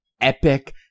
epic